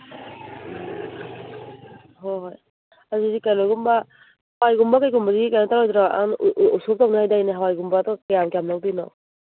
ꯍꯣꯏ ꯍꯣꯏ ꯑꯗꯨꯗꯤ ꯀꯩꯅꯣꯒꯨꯝꯕ ꯍꯋꯥꯏꯒꯨꯝꯕ ꯀꯩꯒꯨꯝꯕꯗꯤ ꯀꯩꯅꯣ ꯇꯧꯔꯣꯏꯗ꯭ꯔꯣ ꯎꯁꯣꯞ ꯇꯧꯅꯤ ꯍꯥꯏꯗꯥꯏꯅꯦ ꯍꯋꯥꯏꯒꯨꯝꯕꯗꯣ ꯀꯌꯥꯝ ꯀꯌꯥꯝ ꯂꯧꯗꯣꯏꯅꯣ